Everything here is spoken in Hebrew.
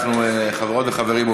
חברות וחברים,